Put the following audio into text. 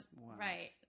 right